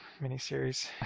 miniseries